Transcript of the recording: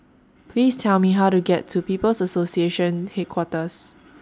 Please Tell Me How to get to People's Association Headquarters